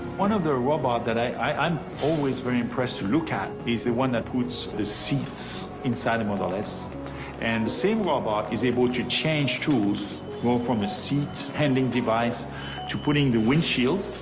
one of the robot that i i'm always very impressed to look at is the one that puts the seeds inside a model s and same robot is able to change tools go from the seat handling device to putting the windshield.